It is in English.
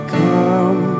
come